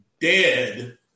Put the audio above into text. dead